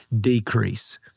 decrease